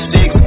Six